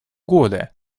года